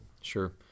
Sure